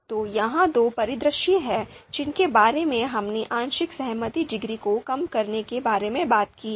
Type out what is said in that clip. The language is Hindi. तो ये दो परिदृश्य हैं जिनके बारे में हमने आंशिक सहमति डिग्री को कम करने के बारे में बात की है